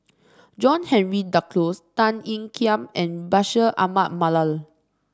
John Henry Duclos Tan Ean Kiam and Bashir Ahmad Mallal